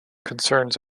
concerns